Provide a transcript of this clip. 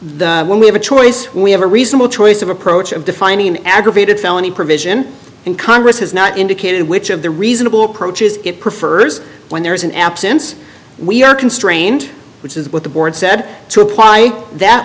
when we have a choice we have a reasonable choice of approach of defining an aggravated felony provision and congress has not indicated which of the reasonable approaches it prefers when there is an absence we are constrained which is what the board said to apply that